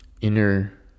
inner